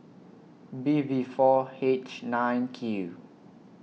B V four H nine Q